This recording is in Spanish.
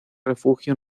refugio